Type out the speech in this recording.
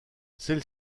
celle